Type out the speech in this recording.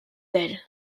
elle